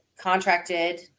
contracted